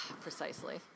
Precisely